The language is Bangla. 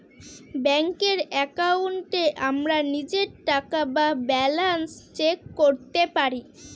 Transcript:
ব্যাঙ্কের একাউন্টে আমরা নিজের টাকা বা ব্যালান্স চেক করতে পারি